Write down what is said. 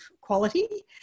quality